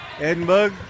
Edinburgh